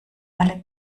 alle